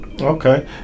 Okay